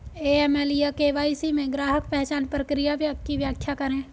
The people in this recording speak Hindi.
ए.एम.एल या के.वाई.सी में ग्राहक पहचान प्रक्रिया की व्याख्या करें?